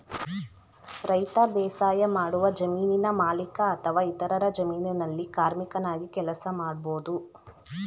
ರೈತ ಬೇಸಾಯಮಾಡುವ ಜಮೀನಿನ ಮಾಲೀಕ ಅಥವಾ ಇತರರ ಜಮೀನಲ್ಲಿ ಕಾರ್ಮಿಕನಾಗಿ ಕೆಲಸ ಮಾಡ್ಬೋದು